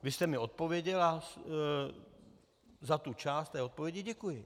Vy jste mi odpověděl a za tu část té odpovědi děkuji.